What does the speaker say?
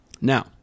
Now